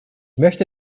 möchte